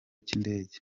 cy’indege